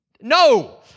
No